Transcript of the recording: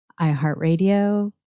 iHeartRadio